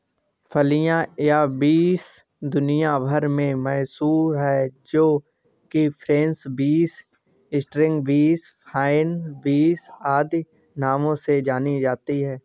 फलियां या बींस दुनिया भर में मशहूर है जो कि French beans, string beans, fine beans आदि नामों से जानी जाती है